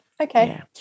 okay